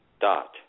dot